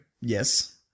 Yes